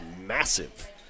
massive